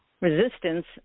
resistance